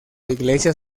iglesia